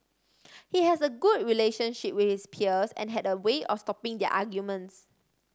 he has a good relationship with his peers and had a way of stopping their arguments